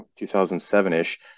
2007-ish